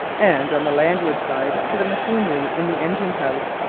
and on the landward side to the machinery in the engine-house.